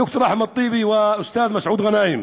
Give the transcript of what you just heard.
ד"ר אחמד טיבי ואוסתאד' מסעוד גנאים,